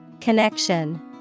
Connection